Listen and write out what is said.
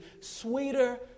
sweeter